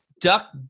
duck